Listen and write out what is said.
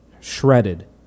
Shredded